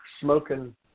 Smoking